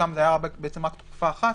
ששם זה היה רק תקופה אחת,